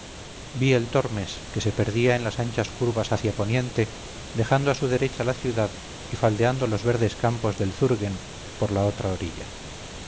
el tormes que se perdía en anchas curvas hacia poniente dejando a su derecha la ciudad y faldeando los verdes campos del zurguen por la otra orilla